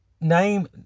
Name